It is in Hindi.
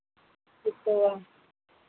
कितने हुए